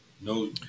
No